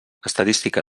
estadística